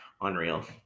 unreal